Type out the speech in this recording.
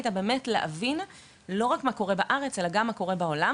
הייתה באמת להבין לא רק מה קורה בארץ אלא גם מה קורה בעולם,